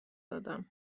دادم